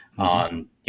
on